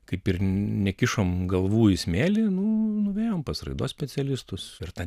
kaip ir nekišom galvų į smėlį nuėjome pas raidos specialistus ir tą